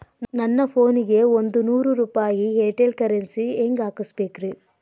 ನನ್ನ ಫೋನಿಗೆ ಒಂದ್ ನೂರು ರೂಪಾಯಿ ಏರ್ಟೆಲ್ ಕರೆನ್ಸಿ ಹೆಂಗ್ ಹಾಕಿಸ್ಬೇಕ್ರಿ?